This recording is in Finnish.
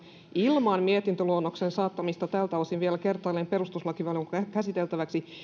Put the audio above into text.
ilman mietintöluonnoksen saattamista tältä osin vielä kertaalleen perustuslakivaliokunnan käsiteltäväksi